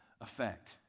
effect